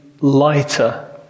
lighter